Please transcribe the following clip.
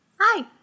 Hi